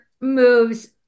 moves